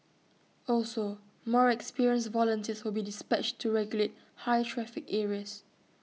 also more experienced volunteers will be dispatched to regulate high traffic areas